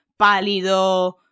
pálido